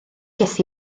ges